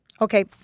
Okay